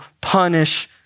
punish